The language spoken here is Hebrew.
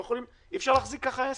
אי-אפשר להחזיק ככה עסק.